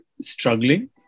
struggling